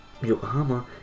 Yokohama